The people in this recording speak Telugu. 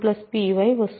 pyవస్తుంది